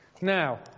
Now